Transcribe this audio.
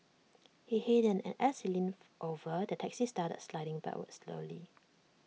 he hadn't and as he leaned over the taxi started sliding backwards slowly